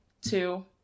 two